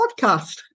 podcast